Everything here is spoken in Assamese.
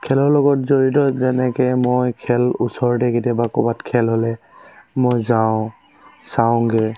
খেলৰ লগত জড়িত যেনেকৈ মই খেল ওচৰতে কেতিয়াবা ক'ৰবাত খেল হ'লে মই যাওঁ চাওঁগৈ